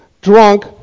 drunk